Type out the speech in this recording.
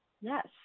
Yes